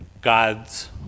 God's